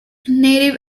native